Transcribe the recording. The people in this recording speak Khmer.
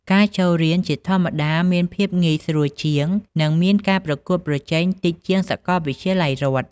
ការចូលរៀនជាធម្មតាមានភាពងាយស្រួលជាង និងមានការប្រកួតប្រជែងតិចជាងសាកលវិទ្យាល័យរដ្ឋ។